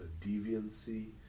deviancy